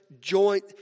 joint